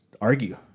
argue